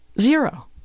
Zero